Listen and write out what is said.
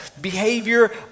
Behavior